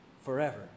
forever